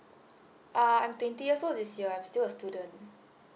uh I'm twenty years old this year I'm still a student